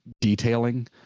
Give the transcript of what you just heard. detailing